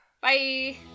Bye